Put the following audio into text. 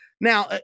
now